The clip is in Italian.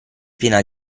piena